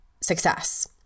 success